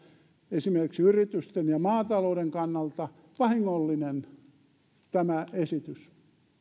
esimerkiksi yritysten ja maatalouden kannalta vahingollinen